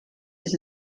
ist